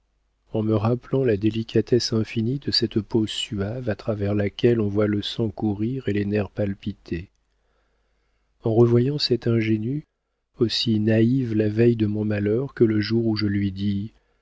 en me rappelant la délicatesse infinie de cette peau suave à travers laquelle on voit le sang courir et les nerfs palpiter en revoyant cette tête ingénue aussi naïve la veille de mon malheur que le jour où je lui dis